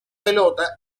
pelota